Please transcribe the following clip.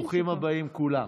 ברוכים הבאים כולם.